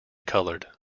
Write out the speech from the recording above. colored